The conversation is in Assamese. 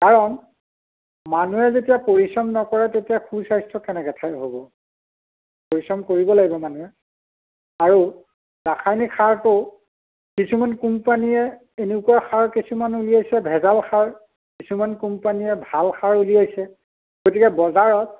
কাৰণ মানুহে যেতিয়া পৰিশ্ৰম নকৰে তেতিয়া সুস্বাস্থ্য কেনেকৈ থা হ'ব পৰিশ্ৰম কৰিব লাগিব মানুহে আৰু ৰাসায়নিক সাৰটো কিছুমান কোম্পানীয়ে এনেকুৱা সাৰ কিছুমান উলিয়াইছে ভেজাল সাৰ কিছুমান কোম্পানীয়ে ভাল সাৰ উলিয়াইছে গতিকে বজাৰত